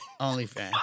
OnlyFans